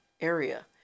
area